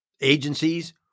agencies